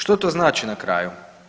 Što to znači na kraju?